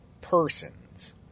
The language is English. persons